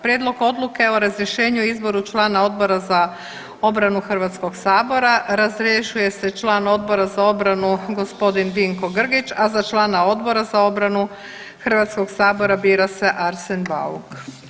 Prijedlog Odluke o razrješenju i izboru člana Odbora za obranu Hrvatskog sabora, razrješuje se član Odbora za obranu gospodin Vinko Grgić, a za člana Odbora za obranu Hrvatskog sabora bira se Arsen Bauk.